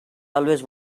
always